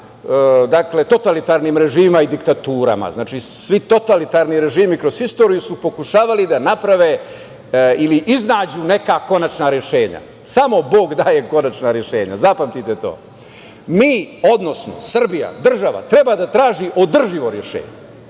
totalitarnim režimima i diktaturama. Znači, svi totalitarni režimi kroz istoriju su pokušavali da naprave ili iznađu neka konačna rešenja. Samo bog daje konačna rešenja, zapamtite to. Mi, odnosno Srbija država, treba da traži održivo rešenje.